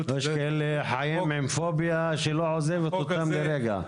כאן שחיים עם פוביה שלא עוזבת אותם לרגע.